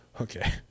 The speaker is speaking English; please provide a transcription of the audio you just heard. Okay